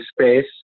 space